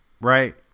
right